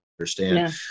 understand